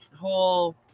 whole